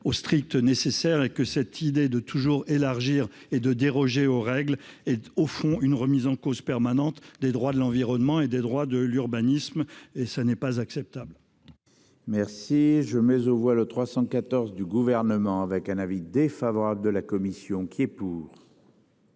au strict nécessaire et que cette idée de toujours élargir et de déroger aux règles et au fond une remise en cause permanente des droits de l'environnement et des droits de l'urbanisme et ça n'est pas acceptable. Merci je mais on voit le 314 du gouvernement avec un avis défavorable de la commission qui est pour.